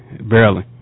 Barely